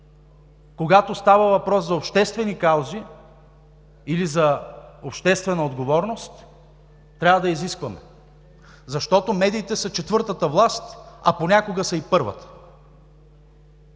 когато става въпрос за обществени каузи или за обществена отговорност – трябва да изискваме, защото медиите са четвъртата власт, а понякога са и първата.